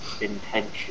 intention